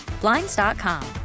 Blinds.com